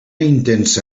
intensa